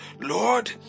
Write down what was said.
Lord